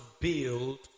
build